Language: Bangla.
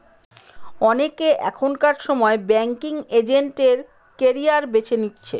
অনেকে এখনকার সময় ব্যাঙ্কিং এজেন্ট এর ক্যারিয়ার বেছে নিচ্ছে